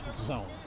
zone